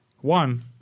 One